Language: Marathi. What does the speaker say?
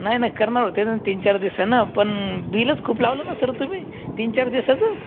नाही नाही करणार होते ना तीन चार दिवसाने पण बिलच खूप लावलं ना सर तुम्ही तीन चार दिवसाचं